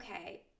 Okay